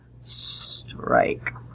strike